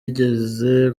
yigeze